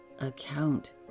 account